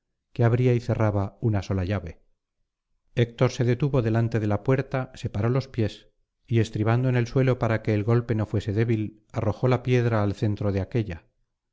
que abría y cerraba una sola llave héctor se detuvo delante de la puerta separó los pies y estribando en el suelo para que el golpe no fuese débil arrojó la piedra al centro de aquélla